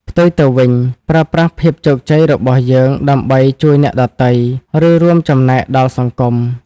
ផ្ទុយទៅវិញ ប្រើប្រាស់ភាពជោគជ័យរបស់យើងដើម្បីជួយអ្នកដទៃ ឬរួមចំណែកដល់សង្គម។